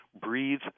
Breathe